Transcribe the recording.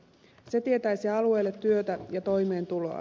se tietäisi alueelle työtä ja toimeentuloa